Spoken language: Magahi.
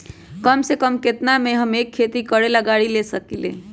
कम से कम केतना में हम एक खेती करेला गाड़ी ले सकींले?